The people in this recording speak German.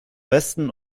westen